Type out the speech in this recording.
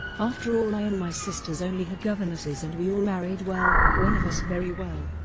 after all i and my sisters only had governesses and we all married well one of us very well.